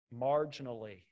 marginally